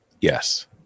Yes